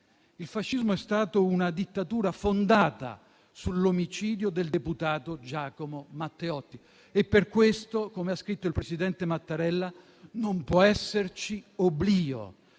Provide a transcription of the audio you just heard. Il fascismo è stato una dittatura fondata sull'omicidio del deputato Giacomo Matteotti e per questo - come ha scritto il presidente Mattarella - non può esserci oblio,